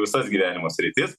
visas gyvenimo sritis